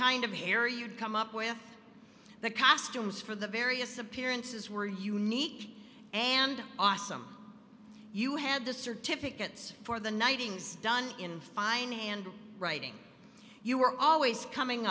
kind of hair you'd come up with the costumes for the various appearances were unique and awesome you had the certificates for the night ng's done in finding and writing you were always coming